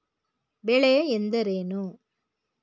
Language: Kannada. ಬೆಳೆ ಎಂದರೇನು?